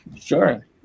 sure